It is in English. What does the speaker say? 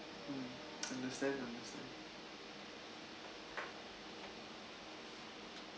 mm understand understand